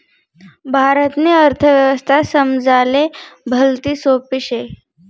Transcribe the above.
भारतनी अर्थव्यवस्था समजाले भलती सोपी शे